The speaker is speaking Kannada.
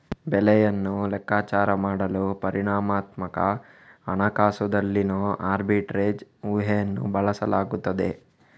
ಬೆಲೆಯನ್ನು ಲೆಕ್ಕಾಚಾರ ಮಾಡಲು ಪರಿಮಾಣಾತ್ಮಕ ಹಣಕಾಸುದಲ್ಲಿನೋ ಆರ್ಬಿಟ್ರೇಜ್ ಊಹೆಯನ್ನು ಬಳಸಲಾಗುತ್ತದೆ